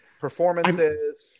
performances